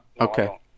Okay